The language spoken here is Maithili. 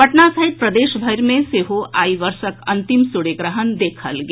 पटना सहित प्रदेशभरि मे सेहो आई वर्षक अंतिम सूर्य ग्रहण देखल गेल